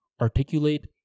Articulate